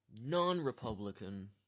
non-Republican